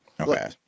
Okay